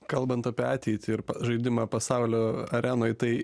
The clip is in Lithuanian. kalbant apie ateitį ir žaidimą pasaulio arenoj tai